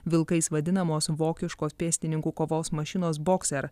vilkais vadinamos vokiškos pėstininkų kovos mašinos boxer